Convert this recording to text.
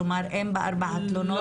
כלומר אין בארבע התלונות,